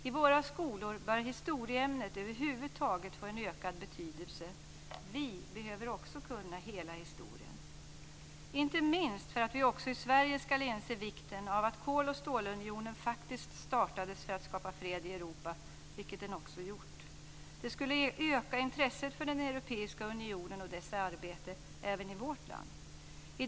I våra skolor bör historieämnet över huvud taget få en ökad betydelse. Vi behöver också kunna hela historien, inte minst för att vi också i Sverige ska inse vikten av att kol och stålunionen faktiskt startades för att skapa fred i Europa, vilket den också gjort. Det skulle öka intresset för den europeiska unionen och dess arbete även i vårt land.